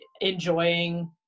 enjoying